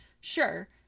Sure